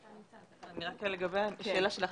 רק לגבי השאלה שלך,